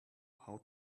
how